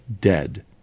dead